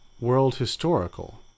world-historical